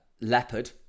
Leopard